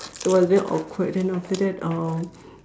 it was very awkward then after that uh